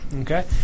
Okay